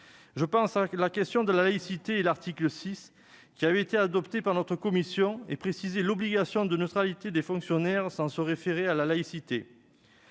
sensible que d'autres : la laïcité. L'article 6 qui avait été adopté par notre commission précisait l'obligation de neutralité des fonctionnaires sans se référer à la laïcité.